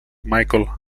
michael